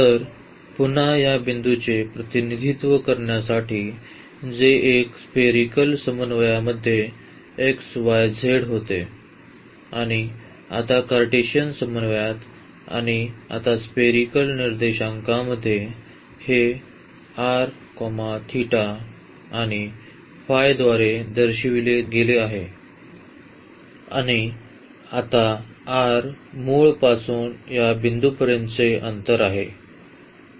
तर पुन्हा या बिंदूचे प्रतिनिधित्व करण्यासाठी जे एक स्पेरीकल समन्वयामध्ये xyz होते आणि आता कार्टेशियन समन्वयात आणि आता स्पेरीकल निर्देशांकामध्ये हे आणि द्वारे दर्शविले गेले आहे आणि आता r मूळ पासून या बिंदूपर्यंतचे अंतर आहे